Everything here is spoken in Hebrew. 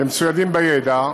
אתם מצוידים בידע.